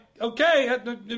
okay